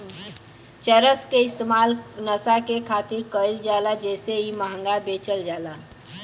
चरस के इस्तेमाल नशा करे खातिर कईल जाला जेसे इ महंगा बेचल जाला